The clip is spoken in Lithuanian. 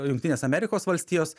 jungtinės amerikos valstijos